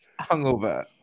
hungover